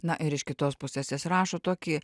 na ir iš kitos pusės jis rašo tokį